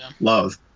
love